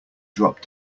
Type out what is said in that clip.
drop